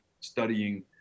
studying